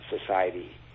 society